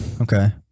Okay